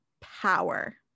power